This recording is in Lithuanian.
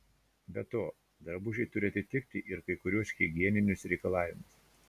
be to drabužiai turi atitikti ir kai kuriuos higieninius reikalavimus